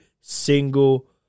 single